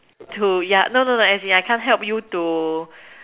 to yeah no no no as in I can't help you to